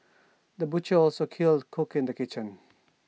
the butcher was also A skilled cook in the kitchen